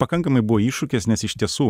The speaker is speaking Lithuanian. pakankamai buvo iššūkis nes iš tiesų